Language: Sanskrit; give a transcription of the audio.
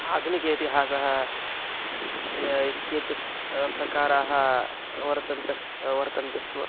आधुनिकः इतिहासः य इत्येतत् प्रकाराः वर्तन्ते वर्तन्ते स्म